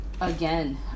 again